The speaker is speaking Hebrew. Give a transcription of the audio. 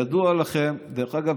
דרך אגב,